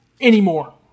Anymore